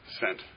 sent